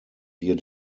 wir